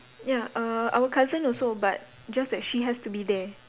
ya uh our cousin also but just that she has to be there